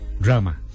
drama